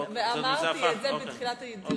אמרתי את זה בתחילת הדיון.